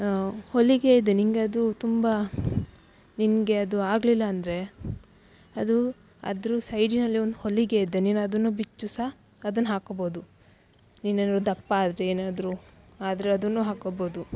ಹೊಲಿಗೆ ಇದೆ ನಿನಗೆ ಅದು ತುಂಬ ನಿನಗೆ ಅದು ಆಗಲಿಲ್ಲ ಅಂದರೆ ಅದು ಅದರ ಸೈಡಿನಲ್ಲಿ ಒಂದು ಹೊಲಿಗೆ ಇದೆ ನೀನು ಅದನ್ನು ಬಿಚ್ಚು ಸಹ ಅದನ್ನ ಹಾಕೊಳ್ಬೋದು ನೀನು ಏನಾದರೂ ದಪ್ಪ ಆದರೆ ಏನಾದರೂ ಆದರೆ ಅದನ್ನು ಹಾಕೊಳ್ಬೋದು